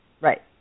Right